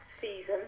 season